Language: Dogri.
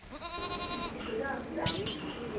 हांजी कुद्धर जाना तुसें